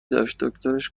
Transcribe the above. داشت، دکترش